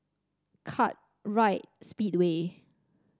Kartright Speedway